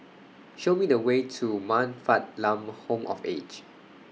Show Me The Way to Man Fatt Lam Home of Aged